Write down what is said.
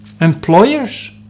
employers